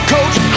Coach